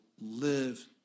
live